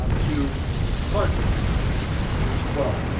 um to sergeant at age twelve.